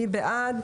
מי בעד?